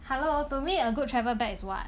hello to me a good travel bag is what